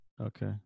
okay